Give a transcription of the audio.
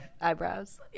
Eyebrows